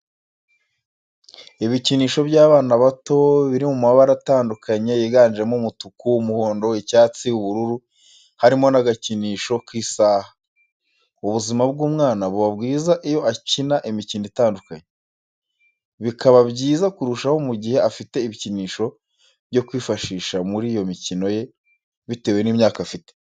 Ibikinisho by'abana bato biri mu mabara atandukanye yiganjemo umutuku, umuhondo, icyatsi, ubururu, harimo n'agakinisho k'isaha, ubuzima bw'umwana buba bwiza iyo akina imikino itandukanye, bikaba byiza kurushaho mu gihe afite ibikinisho byo kwifashisha muri iyo mikino ye bitewe n'imyaka afite.